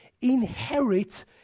inherit